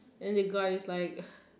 then the guy is like